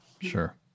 Sure